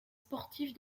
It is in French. sportive